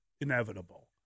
inevitable